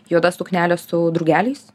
juoda suknelė su drugeliais